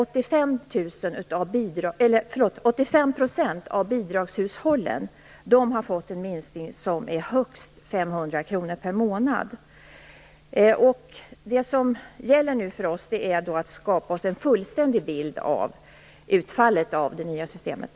Det är 85 % av bidragshushållen som har fått en minskning med högst 500 kr per månad. Det som nu händer är att vi skaffar oss en fullständig bild av utfallet av det nya systemet.